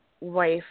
wife